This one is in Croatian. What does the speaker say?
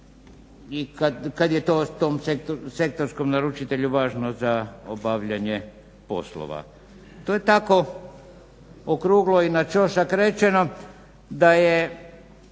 i kad je tom sektorskom naručitelju važno za obavljanje poslova. To je tako okruglo i na ćošak rečeno da je